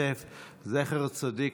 הצעת חוק-יסוד: